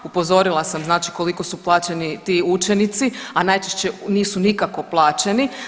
Upozorila sam znači koliko su plaćeni ti učenici, a najčešće nisu nikako plaćeni.